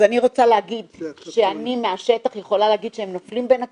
אז אני רוצה להגיד שאני מהשטח יכולה להגיד שהם נופלים בין הכיסאות,